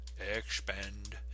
expand